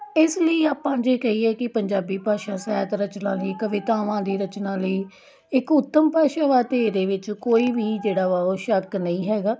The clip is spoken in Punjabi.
ਇਸ ਲਈ ਆਪਾਂ ਜੇ ਕਹੀਏ ਕਿ ਪੰਜਾਬੀ ਭਾਸ਼ਾ ਸਾਹਿਤ ਰਚਨਾ ਲਈ ਕਵਿਤਾਵਾਂ ਦੀ ਰਚਨਾ ਲਈ ਇੱਕ ਉੱਤਮ ਭਾਸ਼ਾ ਵਾ ਤਾਂ ਇਹਦੇ ਵਿੱਚ ਕੋਈ ਵੀ ਜਿਹੜਾ ਵਾ ਉਹ ਸ਼ੱਕ ਨਹੀਂ ਹੈਗਾ